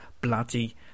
bloody